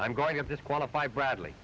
i'm going to disqualify bradley